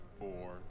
four